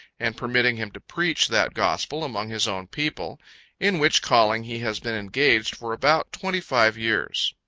and permitting him to preach that gospel among his own people in which calling he has been engaged for about twenty-five years.